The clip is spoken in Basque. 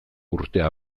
urtea